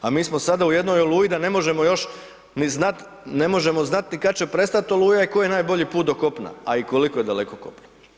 A mi smo sada u jednoj oluji da ne možemo još ni znati, ne možemo znati ni kad će prestati oluja i koji je najbolji put do kopna, a i koliko je daleko kopno.